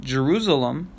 Jerusalem